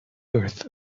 earth